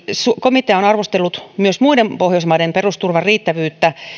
komitea on arvostellut myös muiden pohjoismaiden perusturvan riittävyyttä